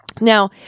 Now